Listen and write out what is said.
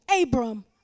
Abram